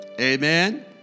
Amen